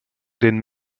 den